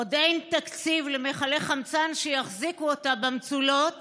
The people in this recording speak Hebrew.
עוד אין תקציב למכלי חמצן שיחזיקו אותה במצולות